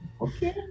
okay